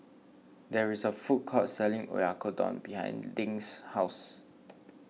there is a food court selling Oyakodon behind Dink's house